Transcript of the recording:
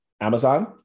Amazon